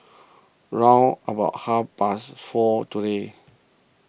round about half past four today